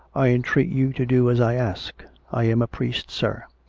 i entreat you to do as i ask. i am a priest, sir.